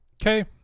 Okay